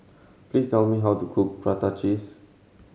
please tell me how to cook prata cheese